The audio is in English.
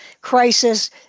crisis